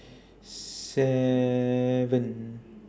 seven